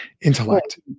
intellect